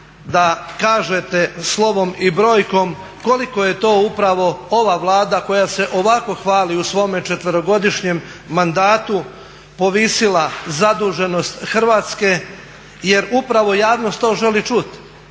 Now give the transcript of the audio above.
da kažete slovom i brojkom koliko je to upravo ova Vlada koja se ovako hvali u svome četverogodišnjem mandatu povisila zaduženost Hrvatske jer upravo javnost to želi čuti.